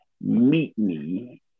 meet-me